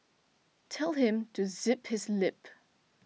tell him to zip his lip